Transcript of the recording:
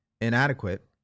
inadequate